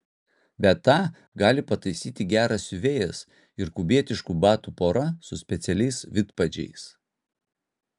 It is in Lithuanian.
bet tą gali pataisyti geras siuvėjas ir kubietiškų batų pora su specialiais vidpadžiais